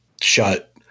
shut